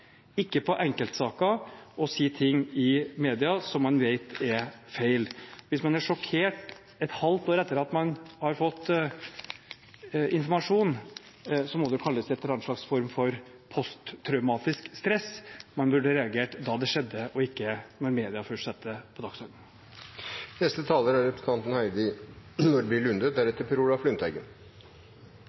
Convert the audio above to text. ikke på enkeltsaker, og man må ikke si ting i media som man vet er feil. Hvis man er sjokkert et halvt år etter at man har fått informasjon, må det kalles en eller annen slags form for posttraumatisk stress. Man burde reagert da det skjedde, ikke først da media satte det på dagsordenen. Dersom man er